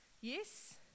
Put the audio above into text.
Yes